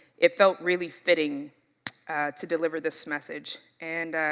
it felt really fitting to deliver this message and